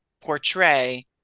portray